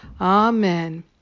Amen